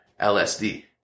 LSD